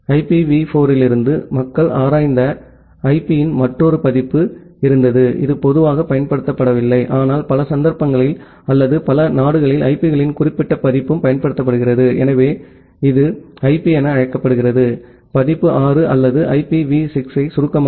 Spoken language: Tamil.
ஐபிவி 4 இலிருந்து மக்கள் ஆராய்ந்த ஐபியின் மற்றொரு பதிப்பு இருந்தது இது பொதுவாகப் பயன்படுத்தப்படவில்லை ஆனால் பல சந்தர்ப்பங்களில் அல்லது பல நாடுகளில் ஐபிக்களின் குறிப்பிட்ட பதிப்பும் பயன்படுத்தப்படுகிறது எனவே இது ஐபி என அழைக்கப்படுகிறது பதிப்பு 6 அல்லது ஐபிவி 6 சுருக்கமாக